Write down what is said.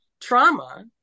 trauma